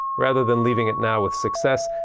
rather than leaving it now with success.